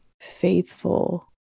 faithful